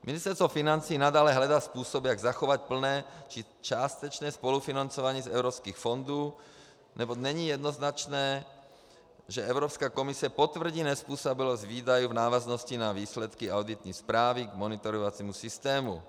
Ministerstvo financí nadále hledá způsob, jak zachovat plné či částečné spolufinancování z evropských fondů, neboť není jednoznačné, že Evropská komise potvrdí nezpůsobilost výdajů v návaznosti na výsledky auditní zprávy k monitorovacímu systému.